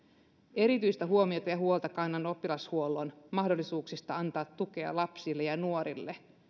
erityistä huomiota ja huolta kannan oppilashuollon mahdollisuuksista antaa tukea lapsille ja nuorille